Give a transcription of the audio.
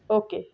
okay